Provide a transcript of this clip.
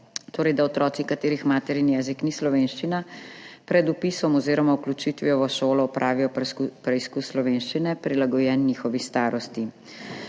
torej otroci, katerih materni jezik ni slovenščina, pred vpisom oziroma vključitvijo v šolo opravijo preizkus slovenščine, prilagojen njihovi starosti.